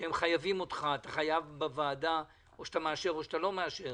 והם חייבים אותך, או שאתה מאשר או לא מאשר,